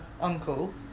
uncle